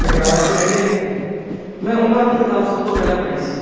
ਪਟਿਆਲਾ 'ਚ ਰਹਿੰਦੇ ਨੇ ਮੈਂ ਉਹਨਾਂ ਦੀ ਕਿਤਾਬ ਸਭ ਤੋਂ ਪਹਿਲਾਂ ਪੜ੍ਹੀ ਸੀ